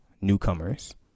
Newcomers